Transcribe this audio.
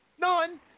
None